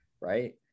right